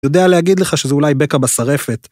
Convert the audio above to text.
יודע להגיד לך שזו אולי בקע בסרעפת.